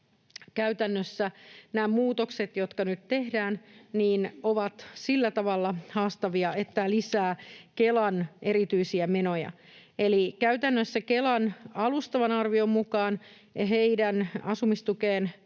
käytännössä nämä muutokset, jotka nyt tehdään, ovat sillä tavalla haastavia, että ne lisäävät Kelan erityisiä menoja. Eli käytännössä Kelan alustavan arvion mukaan asumistukeen